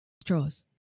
Straws